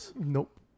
Nope